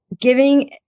Giving